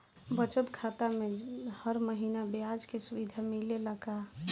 बचत खाता में हर महिना ब्याज के सुविधा मिलेला का?